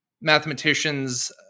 mathematicians